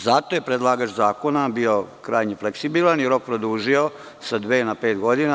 Zato je predlagač zakona bio krajnje fleksibilan i rok produžio sa dve na pet godina.